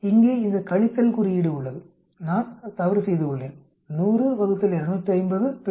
இங்கே இந்த கழித்தல் குறியீடு உள்ளது நான் தவறு செய்து உள்ளேன் 100 ÷ 250 100